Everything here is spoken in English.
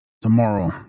Tomorrow